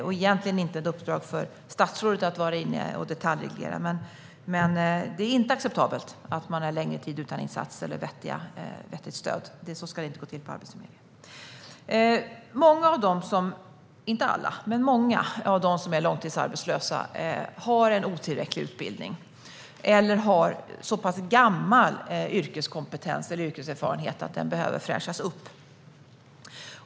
Egentligen är det inte ett uppdrag som ett statsråd ska vara inne i och detaljreglera, men det är inte acceptabelt att människor går en längre tid utan insatser eller vettigt stöd. Så ska det inte gå till på Arbetsförmedlingen. Inte alla, men många av de som är långtidsarbetslösa har en otillräcklig utbildning eller så pass gammal yrkeskompetens eller yrkeserfarenhet att den behöver fräschas upp.